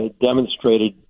demonstrated